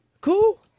cool